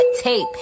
tape